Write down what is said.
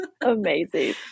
Amazing